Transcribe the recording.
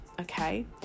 okay